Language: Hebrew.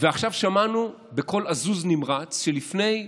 ועכשיו שמענו בקול עזוז נמרץ, שלפני שבועיים,